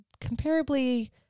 comparably